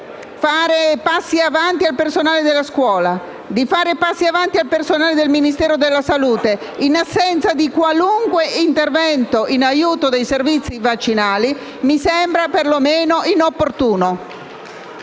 fare passi avanti al personale della scuola, di fare passi avanti al personale del Ministero della salute in assenza di qualunque intervento in aiuto dei servizi vaccinali, mi sembra per lo meno inopportuno.